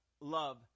love